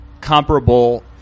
comparable